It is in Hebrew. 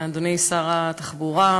אדוני שר התחבורה,